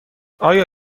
آیا